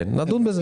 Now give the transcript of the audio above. כן, נדון בזה.